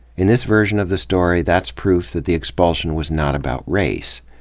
in this version of the story, that's proof that the expulsion was not about race.